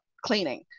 cleaning